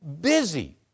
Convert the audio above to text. busy